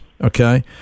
okay